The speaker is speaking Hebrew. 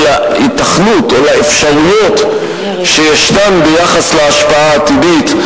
להיתכנות או לאפשרויות שישנן ביחס להשפעה העתידית.